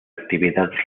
actividad